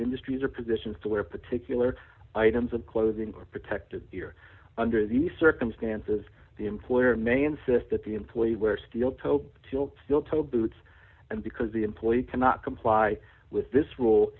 industries or positions to wear particular items of clothing or protective gear under the circumstances the employer may insist that the employee wear steel toed tool steel toed boots and because the employee cannot comply with this rule